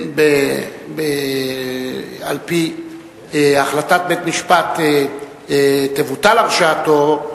שעל-פי החלטת בית-משפט תבוטל הרשעתו,